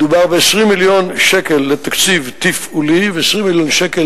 מדובר ב-20 מיליון שקל לתקציב תפעולי ו-20 מיליון שקל